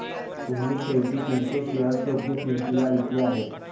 तुम्ही शेवटी तुमचे शेअर्स योग्य किंमतीला विकले आहेत